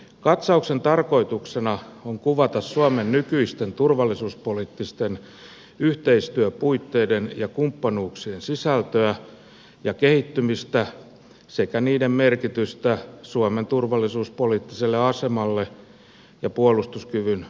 katsauksen tarkoituksena on kuvata suomen nykyisten turvallisuuspoliittisten yhteistyöpuitteiden ja kumppanuuksien sisältöä ja kehittymistä sekä niiden merkitystä suomen turvallisuuspoliittiselle asemalle ja puolustuskyvyn vahvistamiselle